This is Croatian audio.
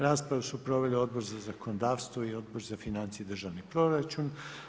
Raspravu su proveli Odbor za zakonodavstvo i Odbor za financije i državni proračun.